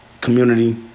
community